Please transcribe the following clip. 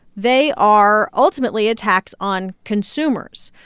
they are ultimately a tax on consumers.